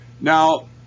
Now